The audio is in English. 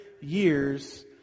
years